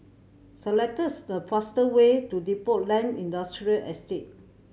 select the fast way to Depot Lane Industrial Estate